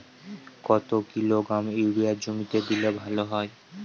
কত kilogram urea জমিতে দিলে ভালো হয়?